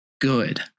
good